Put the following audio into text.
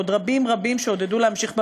ועוד רבים רבים שעודדו להמשיך במאמץ.